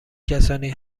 کسانی